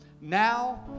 Now